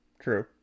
True